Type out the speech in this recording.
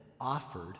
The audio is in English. offered